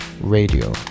radio